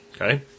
okay